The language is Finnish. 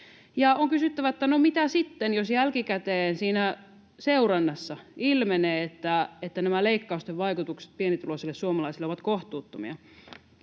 On kysyttävä, että no mitä sitten, jos jälkikäteen siinä seurannassa ilmenee, että nämä leikkausten vaikutukset pienituloisiin suomalaisiin ovat kohtuuttomia.